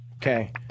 Okay